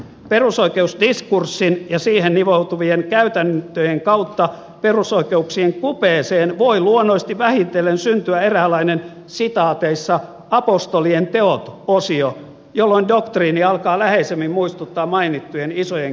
perusoikeusdiskurssin ja siihen nivoutuvien käytäntöjen kautta perusoikeuksien kupeeseen voi luonnollisesti vähitellen syntyä eräänlainen apostolien teot osio jolloin doktriini alkaa läheisemmin muistuttaa mainittujen isojen kirjojen oppeja